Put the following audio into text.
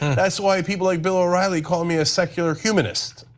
and that is why people like bill o'reilly call me a secular humanist.